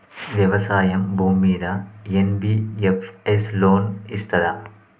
వ్యవసాయం భూమ్మీద NBFS loan ఇస్తదా?